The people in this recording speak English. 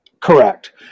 Correct